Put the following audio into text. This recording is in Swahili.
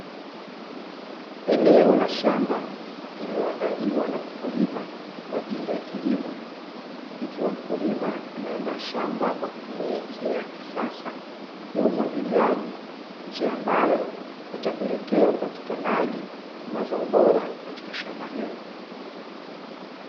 Eneo la shamba, lililoandaliwa na mkulima kwa ajili ya kilimo. Ikiwa mkulima ameandaa shamba kwa kutumia njia ya kisasa ya umwagiliaji. Njia ambayo itapelekea upatikanaji wa mazao bora, katika shamba hilo.